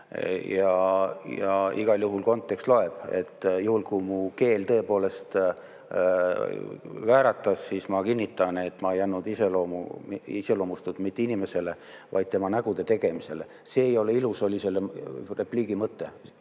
Ja igal juhul kontekst loeb. Juhul, kui mu keel tõepoolest vääratas, siis ma kinnitan, et ma ei andnud iseloomustust mitte inimesele, vaid tema nägude tegemisele. See ei ole ilus, oli selle repliigi mõte.